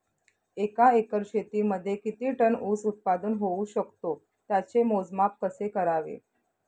एका एकर शेतीमध्ये किती टन ऊस उत्पादन होऊ शकतो? त्याचे मोजमाप कसे करावे?